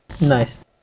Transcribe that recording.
Nice